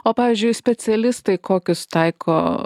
o pavyzdžiui specialistai kokius taiko